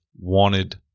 wanted